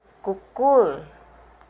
কুকুৰ